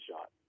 shot